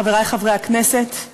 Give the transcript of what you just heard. חברי חברי הכנסת,